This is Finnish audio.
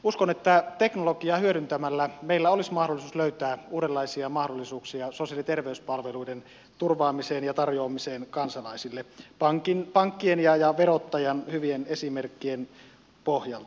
uskon että teknologiaa hyödyntämällä meillä olisi mahdollisuus löytää uudenlaisia mahdollisuuksia sosiaali ja terveyspalveluiden turvaamiseen ja tarjoamiseen kansalaisille pankkien ja verottajan hyvien esimerkkien pohjalta